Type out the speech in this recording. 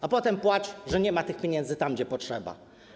A potem płacz, że nie ma tych pieniędzy tam, gdzie potrzeba.